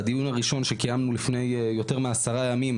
בדיון הראשון שקיימנו לפני יותר מעשרה ימים